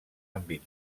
àmbit